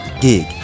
gig